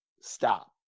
stop